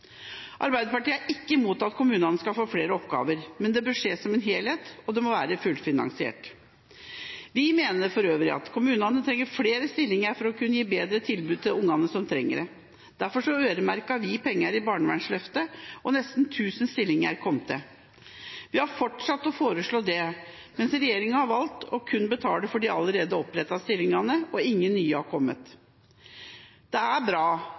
Arbeiderpartiet er ikke imot at kommunene skal få flere oppgaver, men det bør skje som en helhet, og det bør være fullfinansiert. Vi mener for øvrig at kommunene trenger flere stillinger for å kunne gi enda bedre tilbud til de ungene som trenger det. Derfor øremerket vi penger i barnevernsløftet, og nesten 1 000 stillinger kom til. Vi har fortsatt å foreslå dette, mens regjeringa har valgt kun å betale for de allerede opprettede stillingene, og ingen nye har kommet. Det er bra